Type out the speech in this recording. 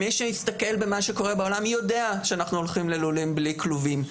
מי שהסתכל במה שקורה בעולם יודע שאנחנו הולכים ללולים בלי כלובים.